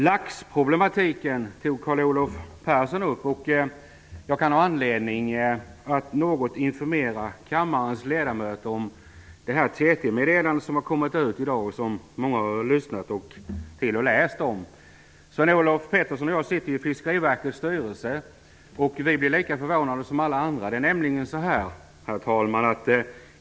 Herr talman! Carl Olov Persson tog upp laxproblematiken. Jag kan något informera kammarens ledamöter om det TT-meddelande som har kommit i dag och som många av er har hört talas om. Sven-Olof Petersson och jag sitter i Fiskeriverkets styrelse, och vi blev lika förvånade som alla andra över meddelandet.